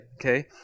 Okay